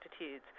attitudes